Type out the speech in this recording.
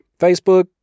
facebook